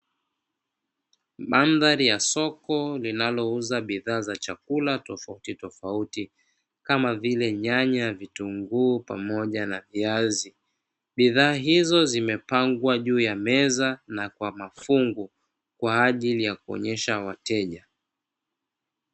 Mandhari ya soko inayouza bidhaa za sokoni zimepangwa juu ya meza kwaajili ya kuonyesha wateja